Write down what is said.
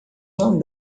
não